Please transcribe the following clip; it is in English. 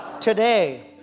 today